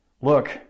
Look